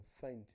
faint